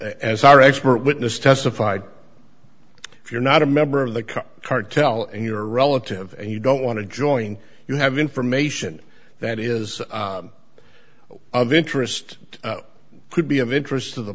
as our expert witness testified if you're not a member of the cartel and you're a relative and you don't want to join you have information that is of interest could be of interest to the